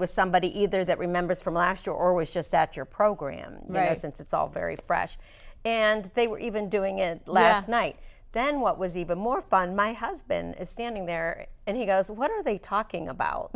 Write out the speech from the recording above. was somebody either that remembers from last year or was just at your program since it's all very fresh and they were even doing it last night then what was even more fun my husband is standing there and he goes what are they talking about